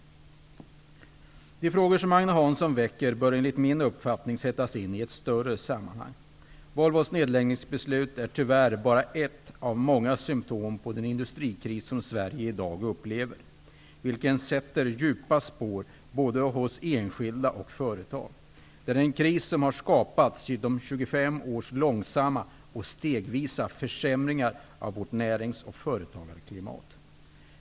De frågor som Agne Hansson väcker bör enligt min uppfattning sättas in i ett större sammanhang. Volvos nedläggningsbeslut är tyvärr bara ett av många symtom på den industrikris som Sverige i dag upplever, vilket sätter djupa spår hos både enskilda och företag. Det är en kris som har skapats genom 25 års långsamma och stegvisa försämringar av vårt närings och företagarklimat.